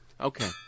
Okay